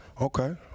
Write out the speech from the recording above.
Okay